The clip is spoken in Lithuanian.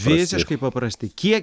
visiškai paprasti kiek